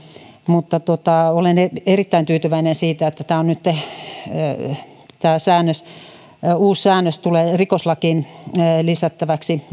mutta olen erittäin tyytyväinen siitä että tämä uusi säännös maahantulokiellon rikkomisesta tulee nytten rikoslakiin lisättäväksi